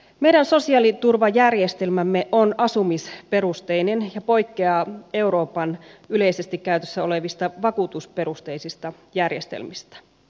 meidän sosiaaliturvajärjestelmämme on asumisperusteinen ja poikkeaa euroopan yleisesti käytössä olevista vakuutusperusteisista järjestelmistä